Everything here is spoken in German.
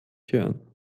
hirn